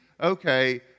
okay